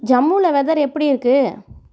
ஜம்முவில weather எப்படி இருக்கு